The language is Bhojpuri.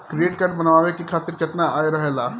क्रेडिट कार्ड बनवाए के खातिर केतना आय रहेला?